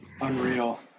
unreal